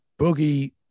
Boogie